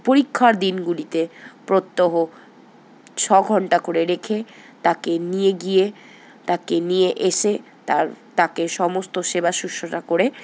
পরীক্ষার দিনগুলিতে প্রত্যহ ছ ঘন্টা করে রেখে তাকে নিয়ে গিয়ে তাকে নিয়ে এসে তার তাকে সমস্ত সেবা শুশ্রুষা করে